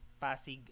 Pasig